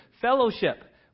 Fellowship